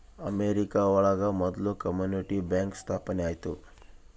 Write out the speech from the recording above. America ಒಳಗ ಮೊದ್ಲು community bank ಸ್ಥಾಪನೆ ಆಯ್ತು